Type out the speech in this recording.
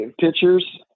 pictures